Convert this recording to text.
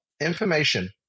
Information